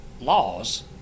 laws